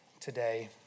today